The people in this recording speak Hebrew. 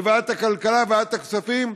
בוועדת הכלכלה ובוועדת הכספים.